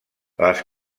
les